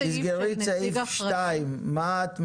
תסגרי את סעיף 2. מה את מקבלת,